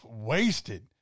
wasted